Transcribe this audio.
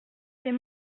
c’est